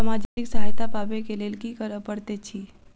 सामाजिक सहायता पाबै केँ लेल की करऽ पड़तै छी?